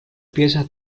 pieza